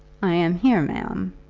i am here, ma'am,